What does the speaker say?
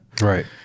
Right